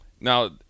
Now